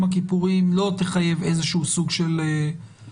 הכיפורים לא תחייב איזה שהוא סוג של בדיקה,